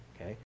okay